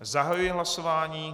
Zahajuji hlasování.